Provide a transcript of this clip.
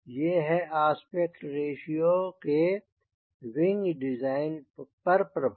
ये हैं aspect ratio के विंग डिज़ाइन पर प्रभाव